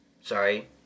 Sorry